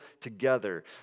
together